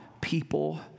people